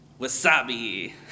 Wasabi